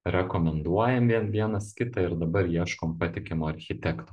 rekomenduojam vien vienas kitą ir dabar ieškom patikimo architekto